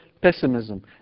pessimism